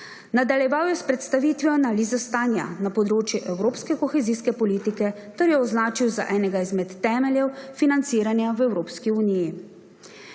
Nadaljeval je s predstavijo analize stanja na področju evropske kohezijske politike ter jo označil za enega izmed temeljev financiranja v Evropski uniji.